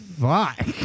fuck